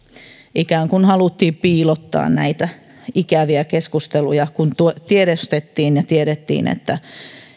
ikään kuin haluttiin piilottaa näitä ikäviä keskusteluja kun tiedostettiin ja tiedettiin että